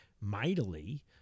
mightily